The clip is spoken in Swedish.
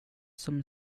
som